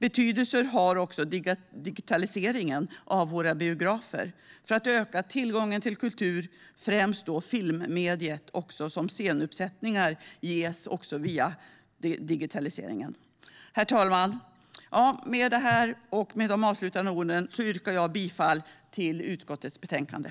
Också digitaliseringen av våra biografer har betydelse när det gäller att öka tillgången till kultur. Det gäller då främst filmmediet, men även scenuppsättningar ges via digitaliseringen. Herr talman! Med de avslutande orden yrkar jag bifall till förslaget i utskottets betänkande.